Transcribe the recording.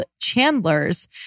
chandlers